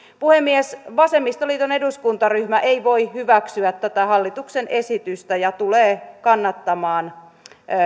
puhemies vasemmistoliiton eduskuntaryhmä ei voi hyväksyä tätä hallituksen esitystä ja tulee kannattamaan